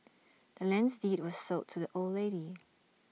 the land's deed was sold to the old lady